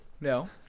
no